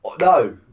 No